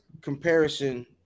comparison